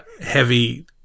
heavy